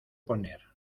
poner